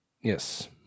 Yes